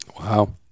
Wow